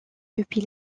depuis